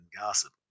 gossip